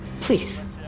please